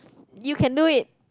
you can do it